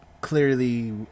clearly